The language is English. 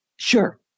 Sure